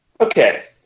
Okay